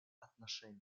отношений